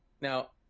Now